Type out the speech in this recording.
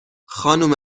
خانم